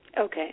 Okay